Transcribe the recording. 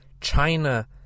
China